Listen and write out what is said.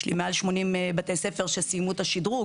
יש לי מעל 80 בתי ספר שסיימו את השדרוג.